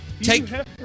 take